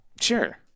Sure